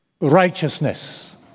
righteousness